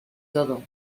todo